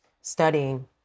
studying